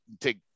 take